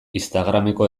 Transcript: instagrameko